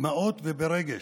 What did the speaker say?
בדמעות וברגש.